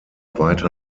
weiter